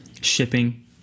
shipping